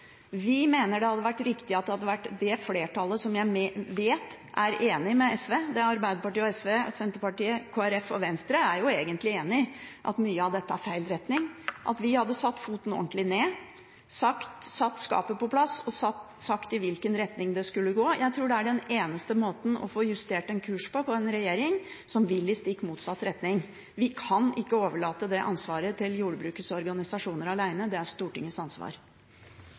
Vi mener det hadde vært riktig at det flertallet som jeg vet er enig med SV – for Arbeiderpartiet, SV, Senterpartiet, Kristelig Folkeparti og Venstre er jo egentlig enige om at mye av dette går i feil retning – hadde satt foten ordentlig ned, satt skapet på plass og sagt i hvilken retning det skulle gå. Jeg tror det er den eneste måten å få justert en kurs på overfor en regjering som vil i stikk motsatt retning. Vi kan ikke overlate det ansvaret til jordbrukets organisasjoner alene. Det er Stortingets ansvar.